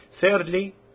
Thirdly